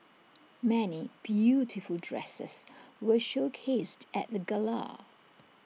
many beautiful dresses were showcased at the gala